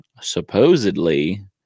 supposedly